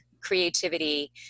creativity